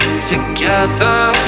Together